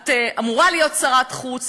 את אמורה להיות שרת חוץ.